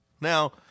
Now